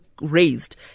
raised